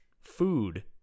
food